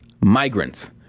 migrants